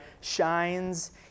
shines